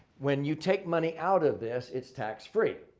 when you take money out of this, it's tax-free.